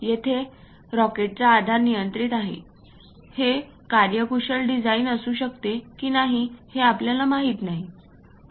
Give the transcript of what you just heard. येथे रॉकेटचा आकार अनियंत्रित आहे हे कार्यकुशल डिझाइन असू शकते की नाही हे आपल्याला माहित नाही